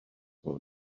tro